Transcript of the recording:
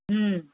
ହୁଁ